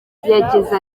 yagize